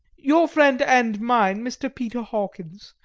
your friend and mine, mr. peter hawkins,